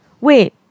wait